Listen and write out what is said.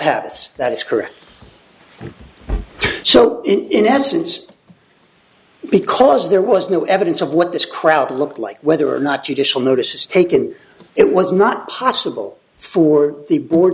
hats that is correct so in essence because there was no evidence of what this crowd looked like whether or not judicial notice was taken it was not possible for the board